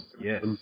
yes